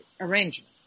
arrangement